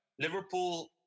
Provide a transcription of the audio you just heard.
Liverpool